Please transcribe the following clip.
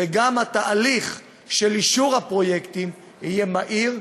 וגם התהליך של אישור הפרויקטים יהיה מהיר,